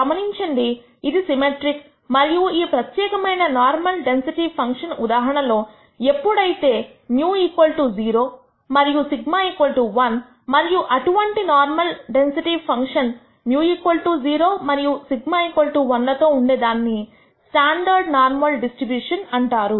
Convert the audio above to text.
గమనించండి ఇది సిమెట్రిక్ మరియు ఈ ప్రత్యేకమైన నార్మల్ డెన్సిటీ ఫంక్షన్ఉదాహరణలో ఎప్పుడైతే μ 0 మరియు σ 1 మరియు అటువంటి నార్మల్ డెన్సిటీ ఫంక్షన్ μ 0 మరియు σ 1 లతో ఉండేదాన్ని స్టాండర్డ్ నార్మల్ డిస్ట్రిబ్యూషన్ అంటారు